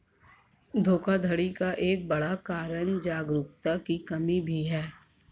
धोखाधड़ी का एक बड़ा कारण जागरूकता की कमी भी है